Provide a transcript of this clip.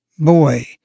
Boy